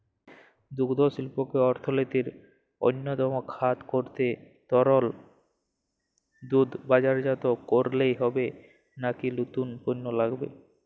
দুগ্ধশিল্পকে অর্থনীতির অন্যতম খাত করতে তরল দুধ বাজারজাত করলেই হবে নাকি নতুন পণ্য লাগবে?